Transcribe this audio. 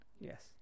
yes